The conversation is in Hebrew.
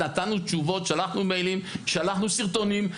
נתנו תשובות, שלחנו מיילים, שלחנו סרטונים.